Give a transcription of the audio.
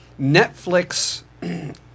Netflix